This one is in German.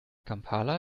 kampala